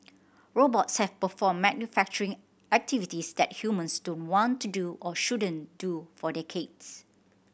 robots have performed manufacturing activities that humans don't want to do or shouldn't do for decades